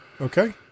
Okay